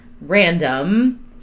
Random